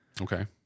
Okay